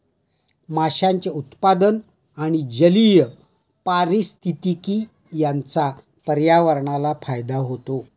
माशांचे उत्पादन आणि जलीय पारिस्थितिकी यांचा पर्यावरणाला फायदा होतो